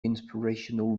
inspirational